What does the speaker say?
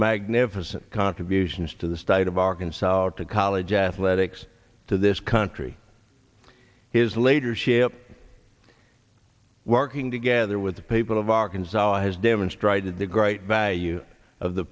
magnificent contributions to the state of arkansas to college athletics to this country his later ship working together with the people of arkansas has demonstrated the great value of the